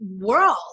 world